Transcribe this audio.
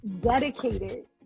dedicated